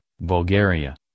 Bulgaria